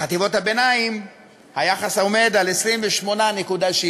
בחטיבות הביניים היחס עומד על 28.7